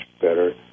better